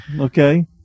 Okay